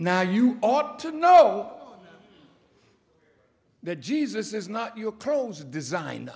now you ought to know that jesus is not your prose design